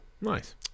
Nice